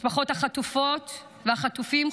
משפחות החטופות והחטופים